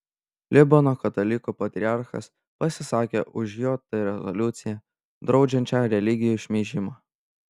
libano katalikų patriarchas pasisakė už jt rezoliuciją draudžiančią religijų šmeižimą